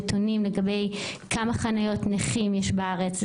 נתונים לגבי כמה חניות נכים יש בארץ,